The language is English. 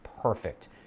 perfect